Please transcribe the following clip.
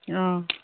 অঁ